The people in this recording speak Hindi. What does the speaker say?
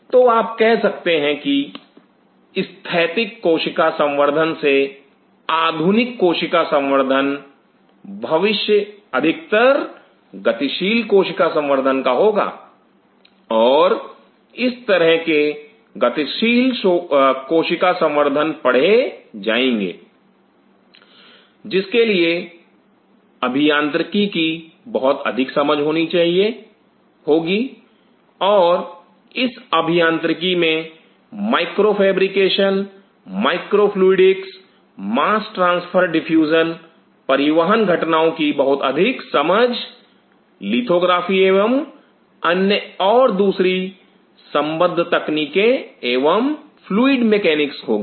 तो आप कह सकते हैं कि स्थैतिक कोशिका संवर्धन से आधुनिक कोशिका संवर्धन भविष्य अधिकतर गतिशील कोशिका संवर्धन का होगा और इस तरह के गतिशील कोशिका संवर्धन पढ़े जाएंगे जिसके लिए अभियांत्रिकी की बहुत अधिक समझ चाहिए होगी और इस अभियांत्रिकी मे microfabrication microfluidics mass transfer diffusion परिवहन घटनाओं की बहुत अधिक समझ लिथोग्राफी एवं अन्य और दूसरी संबद्ध तकनीकें एवं फ्लूइड मैकेनिक्स होंगी